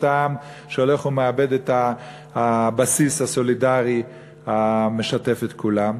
העם שהולך ומאבד את הבסיס הסולידרי המשתף את כולם.